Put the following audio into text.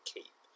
Keep